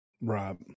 Right